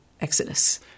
Exodus